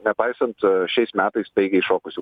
nepaisant šiais metais staigiai šokusių